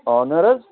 honour حظ